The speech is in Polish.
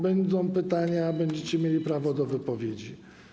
Będą pytania, będziecie mieli prawo do wypowiedzi.